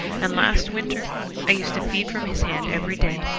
and last winter i used to feed from his hand every day.